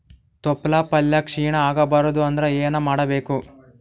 ತೊಪ್ಲಪಲ್ಯ ಕ್ಷೀಣ ಆಗಬಾರದು ಅಂದ್ರ ಏನ ಮಾಡಬೇಕು?